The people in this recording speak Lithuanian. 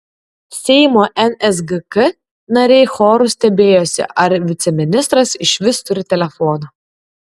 seimo nsgk nariai choru stebėjosi ar viceministras išvis turi telefoną